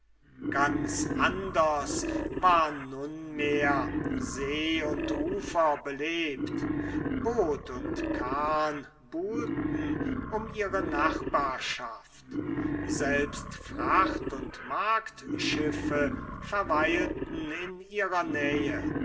ganz anders war nunmehr see und ufer belebt boot und kahn buhlten um ihre nachbarschaft selbst fracht und marktschiffe verweilten in ihrer nähe